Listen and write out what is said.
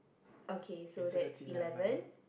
okay so that's eleven